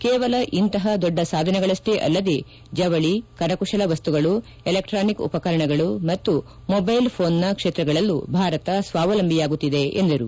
ಕೇವಲ ಇಂತಹ ದೊಡ್ಡ ಸಾಧನೆಗಳಷ್ಟೇ ಅಲ್ಲದೇ ಜವಳಿ ಕರಕುಶಲ ವಸ್ತುಗಳು ಎಲೆಕ್ಟಾನಿಕ್ ಉಪಕರಣಗಳು ಮತ್ತು ಮೊಬೈಲ್ ಫೋನ್ನ ಕ್ಷೇತ್ರಗಳಲ್ಲೂ ಭಾರತ ಸ್ಲಾವಲಂಬಿಯಾಗುತ್ತಿದೆ ಎಂದರು